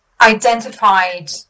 identified